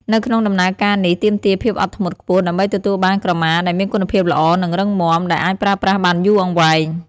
នៅក្នុងដំណើរការនេះទាមទារភាពអត់ធ្មត់ខ្ពស់ដើម្បីទទួលបានក្រមាដែលមានគុណភាពល្អ និងរឹងមាំ ដែលអាចប្រើប្រាស់បានយូរអង្វែង។